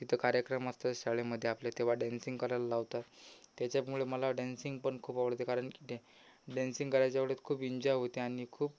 तिथं कार्यक्रम असतात शाळेमध्ये आपल्या तेव्हा डॅन्सिंग करायला लावतात त्याच्यामुळे मला डॅन्सिंग पण खूप आवडते कारण डॅ डॅन्सिंग करायच्या वेळेस खूप इंजाय होते आणि खूप